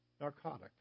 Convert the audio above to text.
narcotic